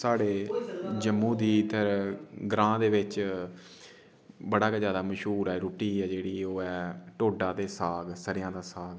साढ़ै जम्मू दी इद्धर ग्रांऽ दे बिच्च बड़ा गै ज्यादे मश्हूर ऐ रुट्टी ऐ जेह्ड़ी ओह् ऐ टोडा ते साग सरेआं दा साग